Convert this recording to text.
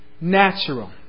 natural